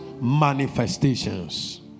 manifestations